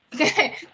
okay